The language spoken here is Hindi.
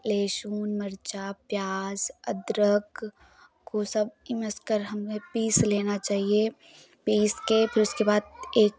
लहसुन मरचा प्याज़ अदरक को सब इमस कर हमें पीस लेना चाहिए पीस के फिर उसके बाद एक